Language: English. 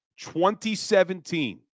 2017